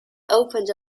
opened